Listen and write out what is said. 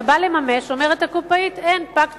אתה בא לממש, אומרת הקופאית, אין, פג תוקף.